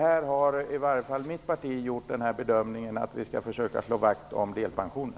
Här har i alla fall mitt parti gjort den bedömningen att vi skall försöka slå vakt om delpensionen.